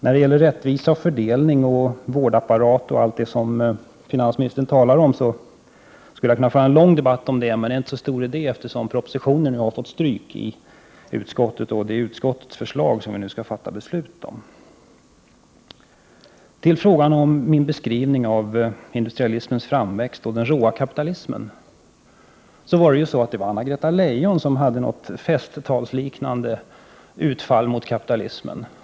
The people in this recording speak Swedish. När det gäller rättvisa, fördelning, vårdapparat och allt det som finansministern talar om skulle jag kunna föra en lång debatt, men det är inte så stor idé, eftersom propositionen har fått stryk i utskottet och det är utskottets förslag som vi nu skall fatta beslut om. I fråga om min beskrivning av industrialismens framväxt och den råa kapitalismen vill jag säga att det var Anna-Greta Leijon som i något festtalsliknande sammanhang gjorde ett sådant utfall mot kapitalismen.